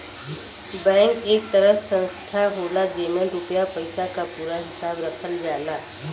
bank एक तरह संस्था होला जेमन रुपया पइसा क पूरा हिसाब रखल जाला